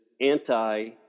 anti